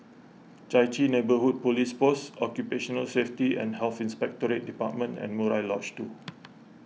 Chai Chee Neighbourhood Police Post Occupational Safety and Health Inspectorate Department and Murai Lodge two